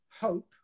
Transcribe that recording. hope